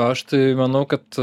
aš tai manau kad